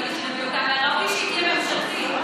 אבל ראוי שהיא תהיה ממשלתית.